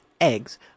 eggs